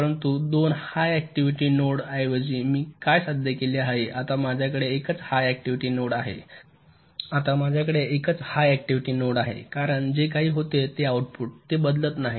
परंतु 2 high activity नोड्सऐवजी मी काय साध्य केले आहे आता माझ्याकडे एकच हाय ऍक्टिव्हिटी नोड आहे कारण जे काही होते ते आउटपुट ते बदलत नाही